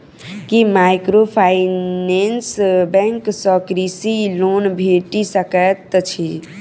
की microfinance bank सँ कृषि loan भेटि सकैत अछि?